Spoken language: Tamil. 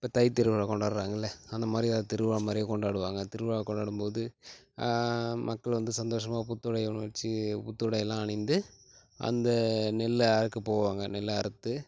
இப்போ தை திருவிழா கொண்டாடுகிறாங்கள்ல அந்த மாதிரி அத்திருவிழா மாதிரியே கொண்டாடுவாங்கள் திருவிழா கொண்டாடும்போது மக்கள் வந்து சந்தோஷமாக புத்துடை உணர்ச்சி புத்துடையெல்லாம் அணிந்து அந்த நெல்லை அறுக்க போவாங்கள் நெல்லை அறுத்து